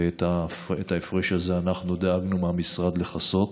ואת ההפרש הזה אנחנו דאגנו מהמשרד לכסות.